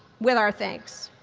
with our thanks?